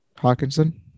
Hawkinson